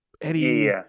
Eddie